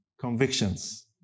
convictions